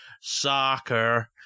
soccer